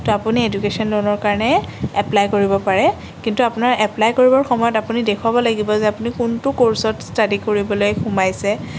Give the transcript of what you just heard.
তো আপুনি এডুকেশ্য়ন লোণৰ কাৰণে এপ্লাই কৰিব পাৰে কিন্তু আপোনাৰ এপ্লাই কৰিবৰ সময়ত আপুনি দেখুৱাব লাগিব যে আপুনি কোনটো কোৰ্ছত ষ্টাডি কৰিবলৈ সোমাইছে